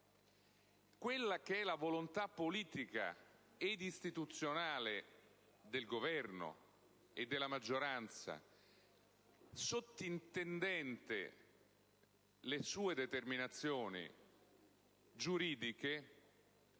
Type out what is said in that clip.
abrogativo, la volontà politica e istituzionale del Governo e della maggioranza, sottintendente le sue determinazioni giuridiche,